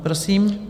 Prosím.